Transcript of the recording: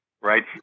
right